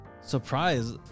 surprise